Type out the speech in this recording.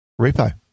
repo